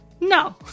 No